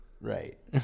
Right